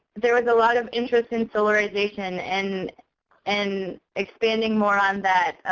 there was a lot of interest in solarization and and expanding more on that.